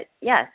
yes